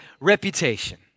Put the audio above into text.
reputation